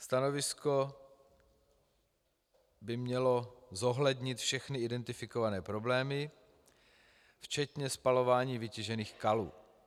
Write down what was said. Stanovisko by mělo zohlednit všechny identifikované problémy, včetně spalování vytěžených kalů.